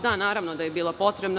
Da, naravno da je bila potrebna.